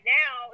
now